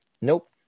Nope